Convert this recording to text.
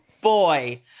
boy